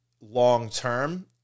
long-term